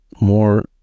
more